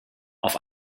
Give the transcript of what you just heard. auf